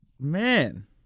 man